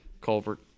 culvert